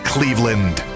Cleveland